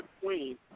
Queen